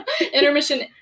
Intermission